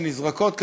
שנזרקות כרגע,